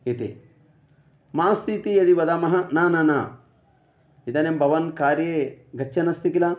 इति मास्तु इति यदि वदामः न न न इदानीं भवान् कार्ये गच्छन् अस्ति किल